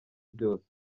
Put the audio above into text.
byose